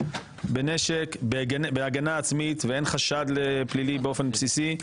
בנשק לצורך הגנה עצמית ואין חשד לפלילים באופן בסיסי,